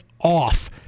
off